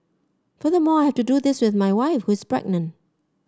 furthermore I have to do this with my wife who is pregnant